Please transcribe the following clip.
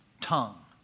tongue